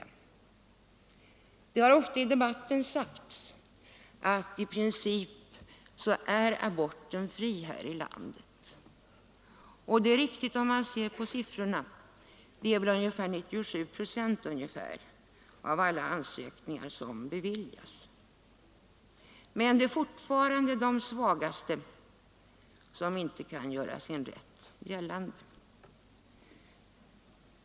I debatten har det ofta sagts att aborten i princip är fri här i landet, och det är riktigt om man ser på siffrorna. Det är väl ungefär 97 procent av alla ansökningar som beviljas. Men de svagaste kan fortfarande inte göra sin rätt gällande.